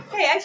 Hey